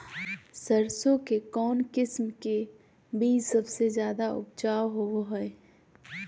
सरसों के कौन किस्म के बीच सबसे ज्यादा उपजाऊ होबो हय?